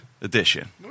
edition